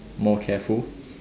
more careful